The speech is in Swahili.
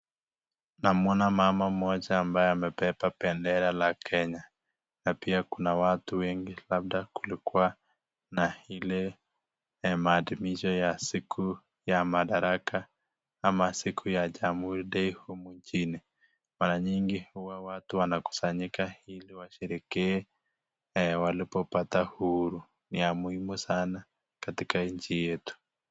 Namwona mama mmoja ambaye amebeba bendera la Kenya na pia kuna watu wengi labda kulikuwa na ile maadhimisho ya siku ya Madaraka ama siku ya Jamhuri day huku nchini. Mara nyingi huwa watu wanakusanyika ili washerehekee walipopata uhuru. Ni ya muhimu sana katika nchi yetu.